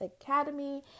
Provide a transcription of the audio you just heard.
Academy